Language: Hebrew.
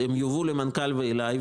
הן יובאו למנכ"ל ואלי.